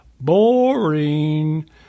Boring